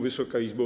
Wysoka Izbo!